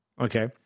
Okay